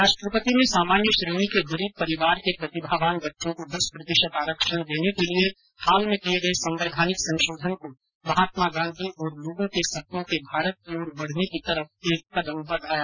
राष्ट्रपति ने सामान्य श्रेणी के गरीब परिवार के प्रतिभावान बच्चों को दस प्रतिशत आरक्षण देने के लिए हाल में किये गये संवैधानिक संशोधन को महात्मा गांधी और लोगों के सपनों के भारत की ओर बढ़ने की तरफ एक कदम बताया